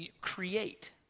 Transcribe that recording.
create